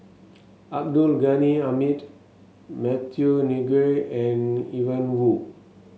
Abdul Ghani Hamid Matthew Ngui and Ian Woo